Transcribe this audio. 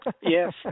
Yes